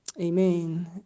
Amen